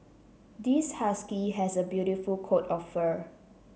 this husky has a beautiful coat of fur